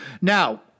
Now